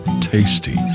tasty